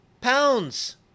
Pounds